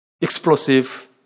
explosive